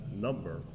number